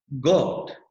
God